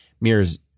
mirrors